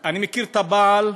אני מכיר את הבעל,